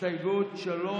הסתייגות 3,